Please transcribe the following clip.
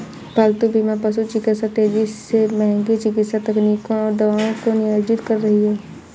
पालतू बीमा पशु चिकित्सा तेजी से महंगी चिकित्सा तकनीकों और दवाओं को नियोजित कर रही है